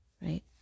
right